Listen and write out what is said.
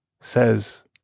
says